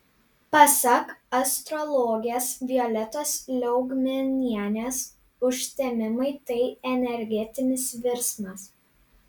pasak astrologės violetos liaugminienės užtemimai tai energetinis virsmas